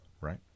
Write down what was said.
right